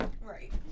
Right